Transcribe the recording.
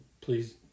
please